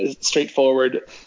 straightforward